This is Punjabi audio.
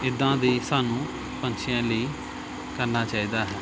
ਇੱਦਾਂ ਦੀ ਸਾਨੂੰ ਪੰਛੀਆਂ ਲਈ ਕਰਨਾ ਚਾਹੀਦਾ ਹੈ